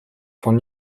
von